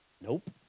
nope